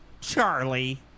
Charlie